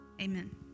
Amen